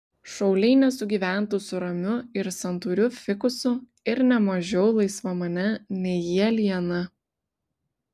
šauliai nesugyventų su ramiu ir santūriu fikusu ir ne mažiau laisvamane nei jie liana